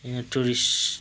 यहाँ टुरिस्ट